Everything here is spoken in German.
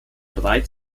breit